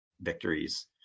victories